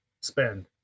spend